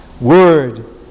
word